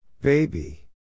Baby